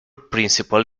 principle